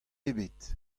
ebet